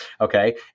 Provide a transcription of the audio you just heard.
Okay